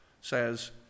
says